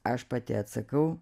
aš pati atsakau